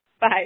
Bye